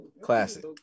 classic